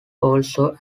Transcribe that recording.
also